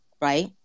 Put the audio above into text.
right